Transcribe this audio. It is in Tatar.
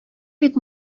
бик